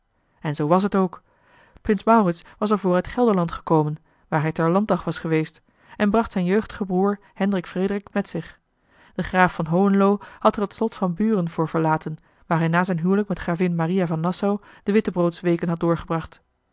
en zoo was het ook prins maurits was er voor uit gelderland gekomen waar hij ter landdag was geweest en bracht zijn jeugdigen broeder hendrik frederik met zich de graaf van hohenlo had er het slot van buren voor verlaten waar hij na zijn huwelijk met gravin maria van nassau de wittebroodsweken had doorgebracht